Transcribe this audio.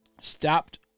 stopped